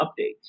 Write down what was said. updates